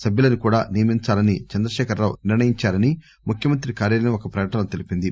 సభ్యులను కూడా నియమించాలని చంద్రశేఖరరావు నిర్ణయించారని ముఖ్యమంత్రి కార్యాలయం ఒక ప్రకటనలో తెలిపింది